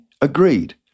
agreed